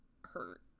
hurt